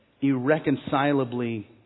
irreconcilably